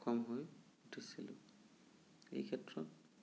সক্ষম হৈ উঠিছিলোঁ এই ক্ষেত্ৰত